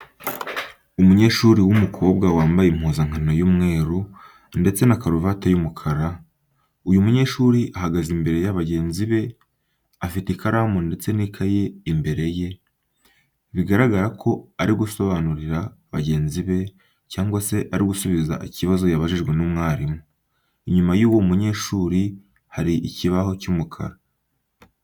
Umunyeshuri w'umukobwa wambaye impuzankano y'umweru ndetse na karuvate y'umukara, uyu munyeshuri ahagaze imbere ya bagenzi be afite ikaramu ndetse n'ikaye imbere ye, biragaragara ko ari gusobanurira bagenzi be cyangwa se ari gusubiza ikibazo yabajijwe n'umwarimu. Inyuma y'uwo munyeshuri hari ikibaho cy'umukara.